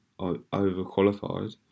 overqualified